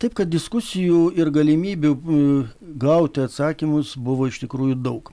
taip kad diskusijų ir galimybių gauti atsakymus buvo iš tikrųjų daug